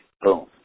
boom